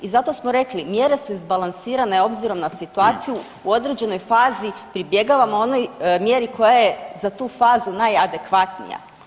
I zato smo rekli, mjere su izbalansirane obzirom na situaciju, u određenoj fazi pribjegavamo onoj mjeri koja je za tu fazu najadekvatnija.